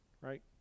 Right